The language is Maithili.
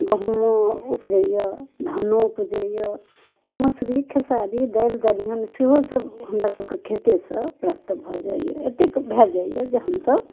गहुमो उपजैये धानो उपजैये मोसरी खेसारी दालि दलहन सेहो सब हमरा सबके खेतेसँ प्राप्त भऽ जाइए एतेक भए जाइये जे हमसब